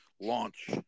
launch